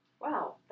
Wow